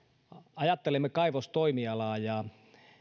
ajattelemme kaivostoimialaa ja